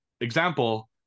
example